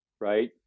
right